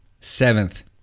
Seventh